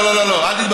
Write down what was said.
לא, לא, לא, אל תתבלבל.